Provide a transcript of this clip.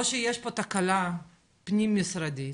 או שיש פה תקלה פנים משרדית